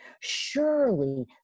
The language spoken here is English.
Surely